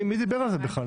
מי דיבר על זה בכלל?